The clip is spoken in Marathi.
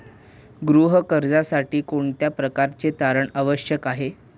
गृह कर्जासाठी कोणत्या प्रकारचे तारण आवश्यक आहे?